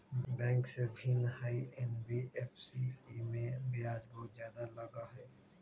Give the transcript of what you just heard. Bank से भिन्न हई एन.बी.एफ.सी इमे ब्याज बहुत ज्यादा लगहई?